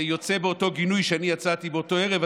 יוצא באותו גינוי שאני יצאתי באותו ערב.